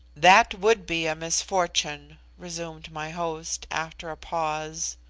that would be a misfortune, resumed my host, after a pause,